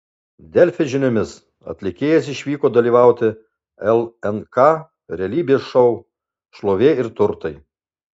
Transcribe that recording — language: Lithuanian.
delfi žiniomis atlikėjas išvyko dalyvauti lnk realybės šou šlovė ir turtai